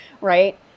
right